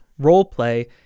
roleplay